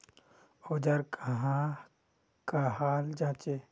औजार कहाँ का हाल जांचें?